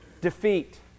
defeat